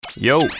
Yo